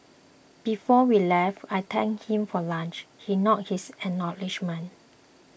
before we left I thanked him for lunch he nodded his acknowledgement